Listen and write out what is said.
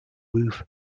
roof